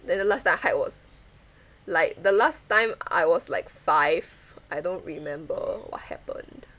then the last time I hike was like the last time I was like five I don't remember what happened